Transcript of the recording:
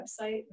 website